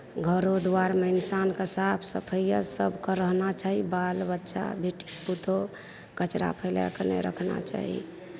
घरो दुआरिमे इंसान कऽ साफ सफैया सब कऽ रहना चाही बाल बच्चा बेटी पुतहु कचरा फैलाऐ कऽ नहि रखना चाही